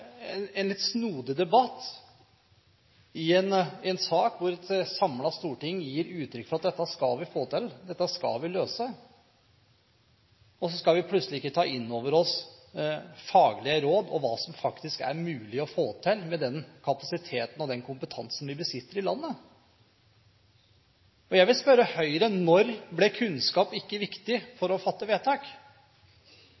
snodig debatt, i en sak hvor et samlet storting gir uttrykk for at dette skal vi få til, dette skal vi løse, og så skal vi plutselig ikke ta inn over oss faglige råd og hva som faktisk er mulig å få til med den kapasiteten og den kompetansen vi besitter i landet. Jeg vil spørre Høyre: Når ble kunnskap ikke viktig